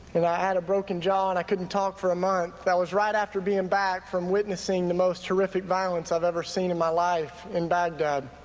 and i had a broken jaw and i couldn't talk for a month. that was right after being back from witnessing the most horrific violence i've ever seen in my life in baghdad.